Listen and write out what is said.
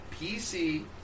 PC